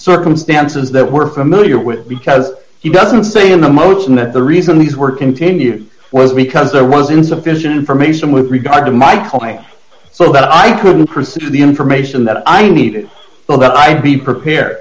circumstances that we're familiar with because he doesn't say in the motion that the reason these were continue was because there was insufficient information with regard to my client so that i could pursue the information that i needed so that i could be prepared